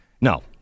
No